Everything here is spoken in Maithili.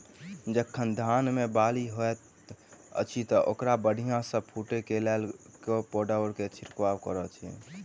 जखन धान मे बाली हएत अछि तऽ ओकरा बढ़िया सँ फूटै केँ लेल केँ पावडर केँ छिरकाव करऽ छी?